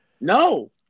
No